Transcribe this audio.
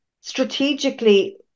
strategically